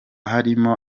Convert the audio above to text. harimo